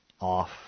off